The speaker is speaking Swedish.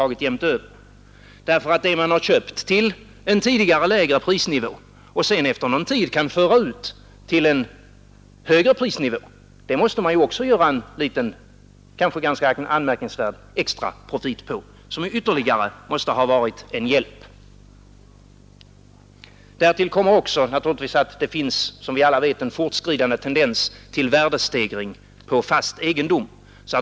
Om man har köpt något till en tidigare lägre prisnivå och sedan efter någon tid kan föra ut det till en högre prisnivå, måste man göra en liten, kanske ganska avsevärd extra profit som ytterligare måste ha varit en hjälp. Därtill kommer, som vi alla vet, att det finns en fortskridande tendens till värdestegring på fast egendom.